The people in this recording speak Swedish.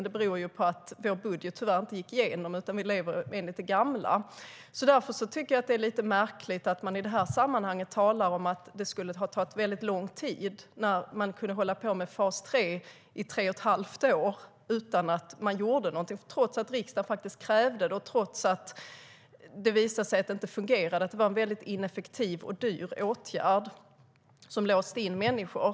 Det beror på att vår budget tyvärr inte gick igenom och att vi lever enligt det gamla. Därför tycker jag att det är lite märkligt att man i det här sammanhanget talar om att det skulle ha tagit väldigt lång tid, när man kunde hålla på med fas 3 i tre och ett halvt år utan att göra någonting trots att riksdagen krävde det och trots att det visade sig att det inte fungerade, att det var en ineffektiv och dyr åtgärd som låste in människor.